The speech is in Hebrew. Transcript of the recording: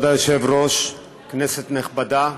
כבוד היושב-ראש, כנסת נכבדה,